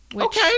okay